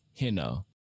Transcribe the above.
Hino